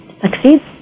succeed